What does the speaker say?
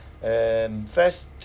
First